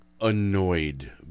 annoyed